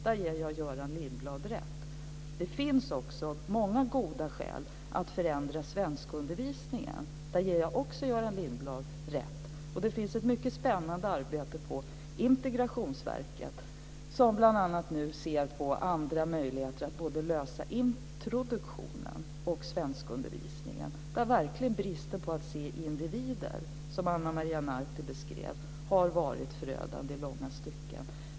Där ger jag Göran Lindblad rätt. Det finns också många goda skäl att förändra svenskundervisningen. Där ger jag också Göran Lindblad rätt. Det finns ett mycket spännande arbete på Integrationsverket som nu bl.a. ser på andra möjligheter att lösa både introduktionen och svenskundervisningen. Där har verkligen bristen på att se individer som Ana Maria Narti beskrev varit förödande i långa stycken.